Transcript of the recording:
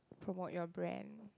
promote your brand